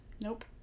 Nope